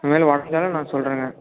இனிமேல் உடைஞ்சாலும் நான் சொல்கிறேங்க